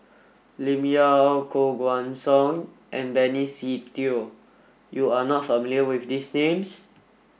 Lim Yau Koh Guan Song and Benny Se Teo you are not familiar with these names